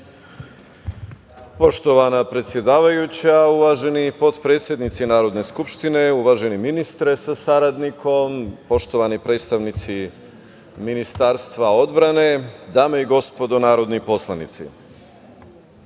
Poštovana predsedavajuća, uvaženi potpredsednici Narodne skupštine, uvaženi ministre sa saradnikom, poštovani predstavnici Ministarstva odbrane, dame i gospodo narodni poslanici,